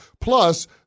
Plus